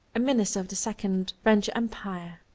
a minister of the second french empire.